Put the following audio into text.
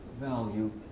value